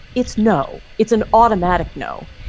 it's no, it's an automatic no.